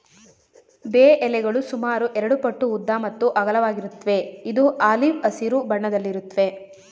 ಬೇ ಎಲೆಗಳು ಸುಮಾರು ಎರಡುಪಟ್ಟು ಉದ್ದ ಮತ್ತು ಅಗಲವಾಗಿರುತ್ವೆ ಇದು ಆಲಿವ್ ಹಸಿರು ಬಣ್ಣದಲ್ಲಿರುತ್ವೆ